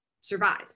survive